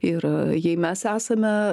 ir jei mes esame